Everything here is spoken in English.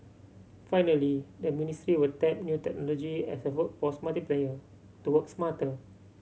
finally the ministry will tap new technology as a workforce multiplier to work smarter